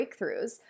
breakthroughs